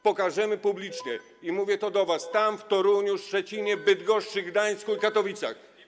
Pokażemy publicznie i mówię to do was w Toruniu, Szczecinie, Bydgoszczy, Gdańsku i Katowicach.